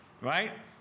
right